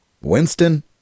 winston